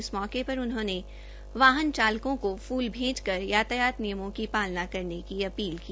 इस मौके पर उन्होंने वाहन चालकों को फुल भेंट कर यातायात नियमों की पालना करने की अपील की